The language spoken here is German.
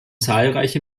zahlreiche